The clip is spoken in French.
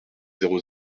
zéro